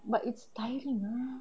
but it's tiring ah